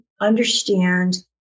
understand